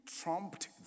trumped